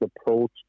approach